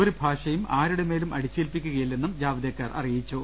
ഒരു ഭാഷയും ആരുടെ മേലും അടിച്ചേൽപ്പിക്കുകയില്ലെന്നും ജാവ്ദേക്കർ അറിയിച്ചു